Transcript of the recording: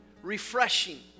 Refreshing